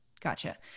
Gotcha